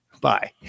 bye